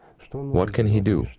so what can he do?